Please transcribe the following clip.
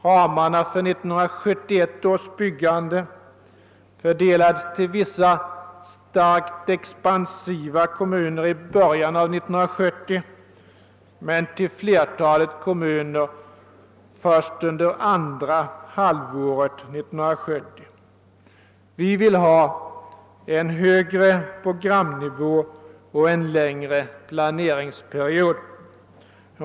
Ramarna för 1971 års byggande fördelades till vissa starkt expansiva kommuner i början av 1970, men till flertalet kommuner fördelas de först under andra halvåret 1970. Vi vill ha en högre programnivå och en längre planeringsperiod.